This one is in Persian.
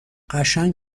قشنگ